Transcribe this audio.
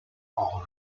all